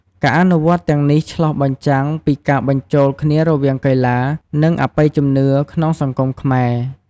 ការអនុវត្តន៍ទាំងនេះឆ្លុះបញ្ចាំងពីការបញ្ចូលគ្នារវាងកីឡា និងអបិយជំនឿក្នុងសង្គមខ្មែរ។